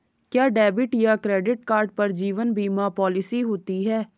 क्या डेबिट या credit card पर जीवन बीमा पॉलिसी होती है?